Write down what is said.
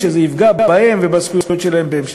שזה יפגע בהם ובזכויות שלהם בהמשך.